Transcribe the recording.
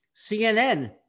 CNN